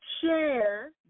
share